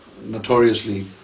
notoriously